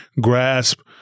grasp